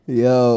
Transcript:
yo